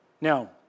Now